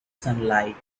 sunlight